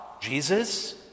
Jesus